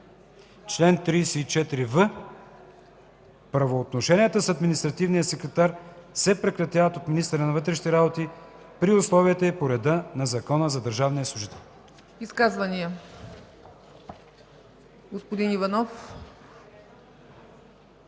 Чл. 34в. Правоотношенията с административния секретар се прекратяват от министъра на вътрешните работи при условията и по реда на Закона за държавния служител.” ПРЕДСЕДАТЕЛ ЦЕЦКА ЦАЧЕВА: